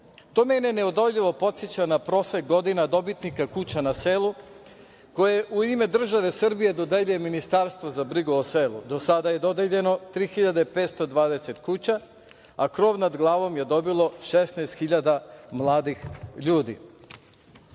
To mene neodoljivo podseća na prosek godina dobitnika "Kuća na selu" koju u ime države Srbije dodeljuje Ministarstvo za brigu o selu. Do sada je dodeljeno 3.520 kuća a krov nad glavom je dobilo 16 hiljada mladih ljudi.